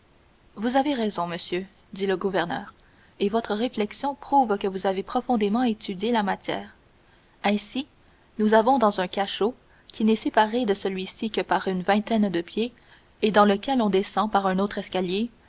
vous avez raison monsieur dit le gouverneur et votre réflexion prouve que vous avez profondément étudié la matière ainsi nous avons dans un cachot qui n'est séparé de celui-ci que par une vingtaine de pieds et dans lequel on descend par un autre escalier